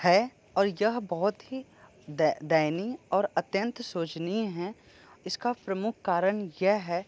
है और यह बहुत ही दयनीय और अत्यंत सोचनीय है इसका प्रमुख कारण यह है